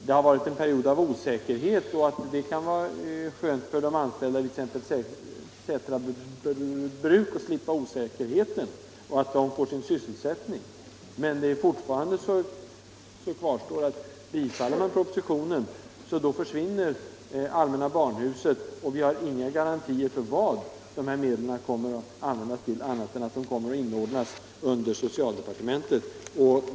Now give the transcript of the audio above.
Det har varit en period av osäkerhet, och jag kan också förstå att det kan vara skönt för de anställda vid t.ex. Sätra Bruk att slippa osäkerheten och få sin sysselsättning säkrad. Men kvar står att bifaller man propositionen försvinner allmänna barnhuset, och vi har inga garantier för vad dessa medel kommer att användas till, bara att de kommer att inordnas under socialdepartementet.